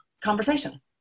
conversation